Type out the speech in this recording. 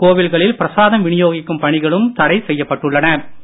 கோவில்களில் பிரசாதம் விநியோகிக்கும் பணிகளும் தடை செய்யப்பட்டுள்ளன